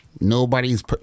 Nobody's